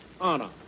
honor